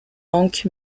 hank